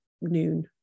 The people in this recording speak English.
noon